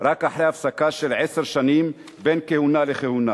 רק אחרי הפסקה של עשר שנים בין כהונה לכהונה.